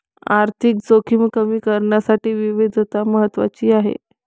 आर्थिक जोखीम कमी करण्यासाठी विविधता महत्वाची आहे